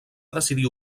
decidir